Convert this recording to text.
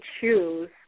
choose